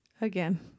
Again